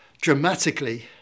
dramatically